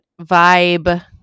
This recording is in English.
vibe